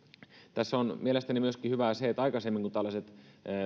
tässä on mielestäni myöskin hyvää se että aikaisemmin kun tällaiset